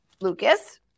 Lucas